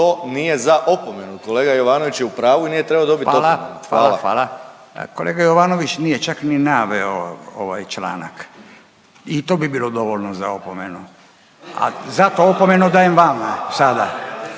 to nije za opomenu. Kolega Jovanović je u pravu i nije trebao dobiti opomenu. **Radin, Furio (Nezavisni)** Hvala. Hvala, hvala. Kolega Jovanović nije čak ni naveo ovaj članak i to bi bilo dovoljno za opomenu, a zato opomenu dajem vama sada.